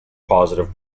positive